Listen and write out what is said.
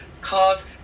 cause